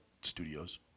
Studios